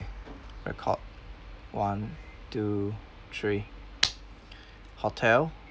record one two three hotel